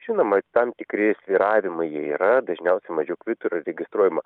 žinoma tam tikri svyravimai jie yra dažniausia mažiau kvitų yra registruojama